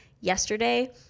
yesterday